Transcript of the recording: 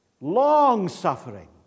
Long-suffering